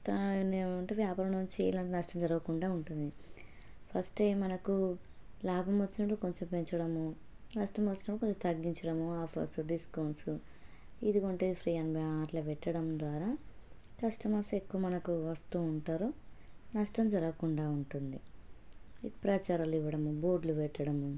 వ్యాపారం నుంచి ఏం నష్టం జరగకుండా ఉంటుంది ఫస్టే మనకు లాభము వచ్చినప్పుడు కొంచెం పెంచడము నష్టం వచ్చినప్పుడు కొంచెం తగ్గించడము ఆఫర్స్ డిస్కౌంట్స్ ఇది కొంటే ఫ్రీ అని అలా పెట్టడము ద్వారా కష్టమర్స్ ఎక్కువ మనకు వస్తూ ఉంటారు నష్టం జరగకుండా ఉంటుంది ఈ ప్రచారాలు ఇవ్వడము బోర్డ్లు పెట్టడము